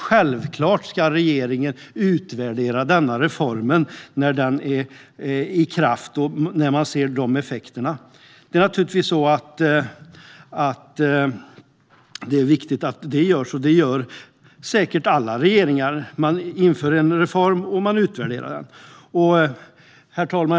Självklart ska regeringen utvärdera denna reform när den är i kraft och man ser effekterna. Det är naturligtvis viktigt att det görs, och det gör säkert alla regeringar; man inför en reform och man utvärderar den. Herr talman!